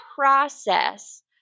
process